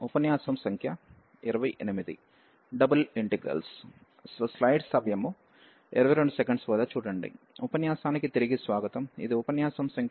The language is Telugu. ఉపన్యాసానికి తిరిగి స్వాగతం ఇది ఉపన్యాసం సంఖ్య 28